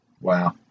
Wow